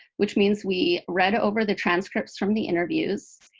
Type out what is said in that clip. which means we read over the transcripts from the interviews,